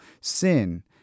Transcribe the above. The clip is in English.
sin